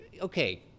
Okay